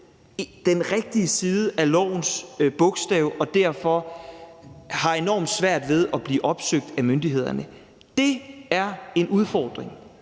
den rigtige side af lovens bogstav, og som derfor har enormt svært ved at blive opsøgt af myndighederne. Dét er en udfordring,